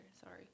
sorry